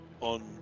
on